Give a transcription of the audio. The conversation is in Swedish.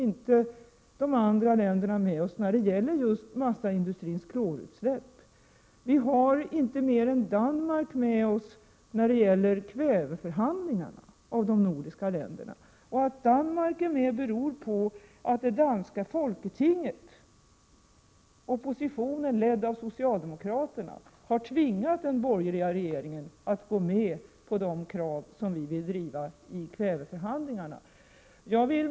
inte de andra länderna med oss då det gäller just massaindustrins klorutsläpp, och vi har inte mer än Danmark av de nordiska länderna med oss när det gäller kväveförhandlingarna. Att Danmark är med oss beror på att det danska folketinget — oppositionen, ledd av socialdemokraterna — har tvingat den borgerliga regeringen att gå med på de krav som vi vill driva i kväveförhandlingarna.